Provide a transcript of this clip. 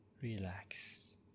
relax